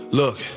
look